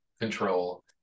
control